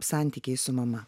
santykiai su mama